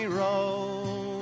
roll